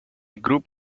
group